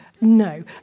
no